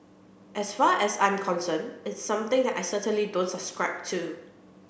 as far as I'm concerned it's something that I certainly don't subscribe to